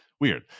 Weird